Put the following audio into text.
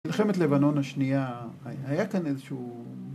מלחמת לבנון השנייה, היה כאן איזשהו...